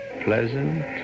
pleasant